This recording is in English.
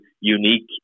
unique